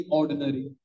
ordinary